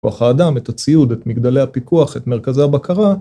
כוח האדם, את הציוד, את מגדלי הפיקוח, את מרכזי הבקרה.